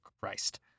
christ